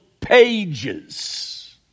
pages